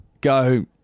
go